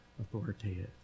authoritative